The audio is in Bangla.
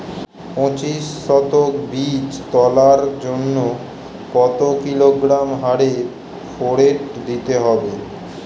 পঁচিশ শতক বীজ তলার জন্য কত কিলোগ্রাম হারে ফোরেট দিতে হবে?